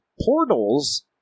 portals